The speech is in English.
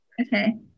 Okay